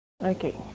Okay